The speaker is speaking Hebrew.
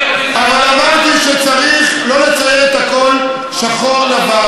אבל אמרתי שצריך לא לצייר את הכול בשחור-לבן,